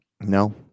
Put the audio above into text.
No